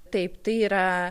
taip tai yra